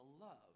love